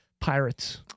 pirates